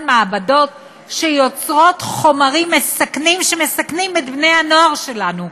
מעבדות שיוצרות חומרים שמסכנים את בני-הנוער שלנו,